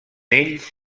ells